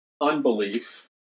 unbelief